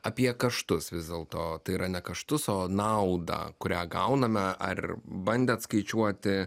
apie kaštus vis dėlto tai yra ne kaštus o naudą kurią gauname ar bandėt skaičiuoti